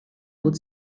bot